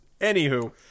Anywho